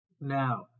Now